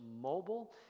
Mobile